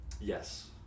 Yes